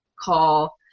call